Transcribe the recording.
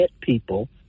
people